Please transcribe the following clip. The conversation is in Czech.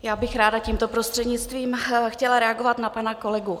Já bych ráda tímto prostřednictvím chtěla reagovat na pana kolegu.